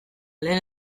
lehen